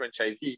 franchisee